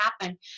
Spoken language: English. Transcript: happen